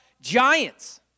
giants